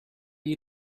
you